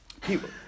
People